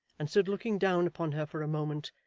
and stood looking down upon her for a moment,